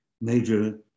major